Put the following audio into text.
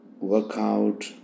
workout